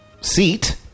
seat